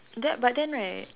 that but then right